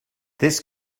this